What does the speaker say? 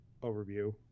overview